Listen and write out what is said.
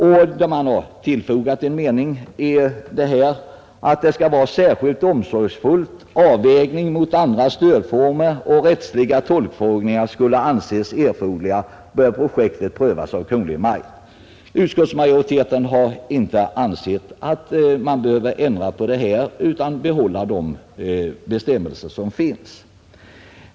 Reservanterna har i år tillfogat några ord som innebär att om en särskilt omsorgsfull avvägning mot andra stödformer och rättsliga tolkningsfrågor skulle anses erforderlig, bör projekten prövas av Kungl. Maj:t. Utskottsmajoriteten har inte ansett att man behöver ändra på detta utan att man kan behålla de bestämmelser som finns.